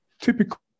typical